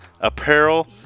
apparel